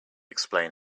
explain